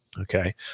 okay